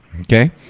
okay